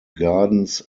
gardens